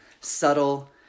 Subtle